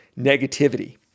negativity